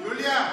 יוליה,